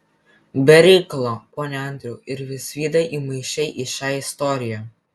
be reikalo pone andriau ir visvydą įmaišei į šią istoriją